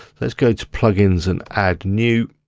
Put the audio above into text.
let's go to plugins and add new.